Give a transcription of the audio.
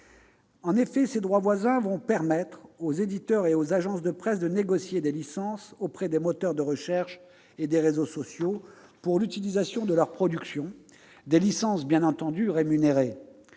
En effet, ces « droits voisins » vont permettre aux éditeurs et aux agences de presse de négocier des licences auprès des moteurs de recherche et des réseaux sociaux pour l'utilisation de leurs productions, lesquelles seront bien entendu rémunérées.